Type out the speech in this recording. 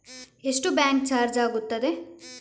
ಎಷ್ಟು bank charge ಆಗುತ್ತದೆ?